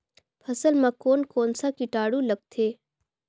फसल मा कोन कोन सा कीटाणु लगथे?